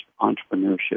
entrepreneurship